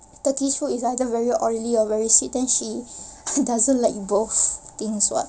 turkish food is either very oily or very sweet then she doesn't like both things [what]